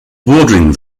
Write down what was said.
bordering